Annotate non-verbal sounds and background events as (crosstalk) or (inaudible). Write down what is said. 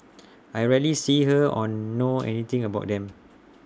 I rarely see her or know (noise) anything about them